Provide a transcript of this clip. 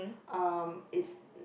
um it's